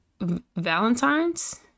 valentine's